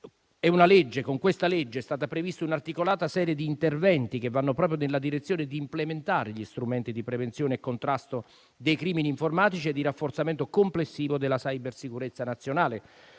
Con tale legge è stata prevista un'articolata serie di interventi che vanno proprio nella direzione di implementare gli strumenti di prevenzione e contrasto dei crimini informatici e di rafforzamento complessivo della cybersicurezza nazionale.